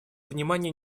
внимание